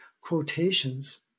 quotations